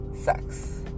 sex